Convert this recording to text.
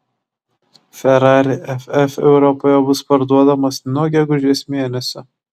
ferrari ff europoje bus parduodamas nuo gegužės mėnesio